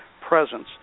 presence